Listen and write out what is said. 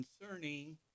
concerning